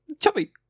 Chubby